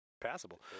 passable